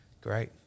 Great